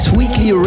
weekly